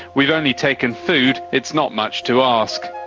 we've only taken food. it's not much to ask.